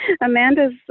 Amanda's